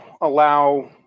allow